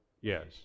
Yes